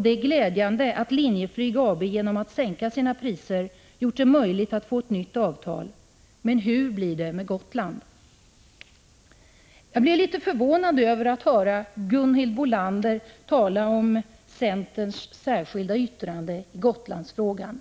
Det är glädjande att Linjeflyg AB, genom att sänka sina priser, har möjliggjort ett nytt avtal. Men hur blir det med Gotland? Jag blev litet förvånad när jag hörde Gunhild Bolander tala om centerns särskilda yttrande i Gotlandsfrågan.